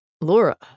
Laura